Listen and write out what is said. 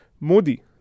Modi